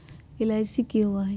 LIC की होअ हई?